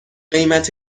قیمت